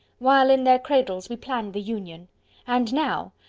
while in their cradles, we planned the union and now,